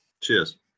cheers